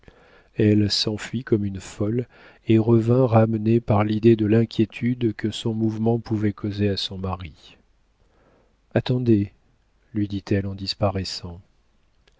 elle s'enfuit comme une folle et revint ramenée par l'idée de l'inquiétude que son mouvement pouvait causer à son mari attendez lui dit-elle en disparaissant